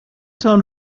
تان